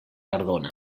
cardona